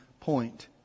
point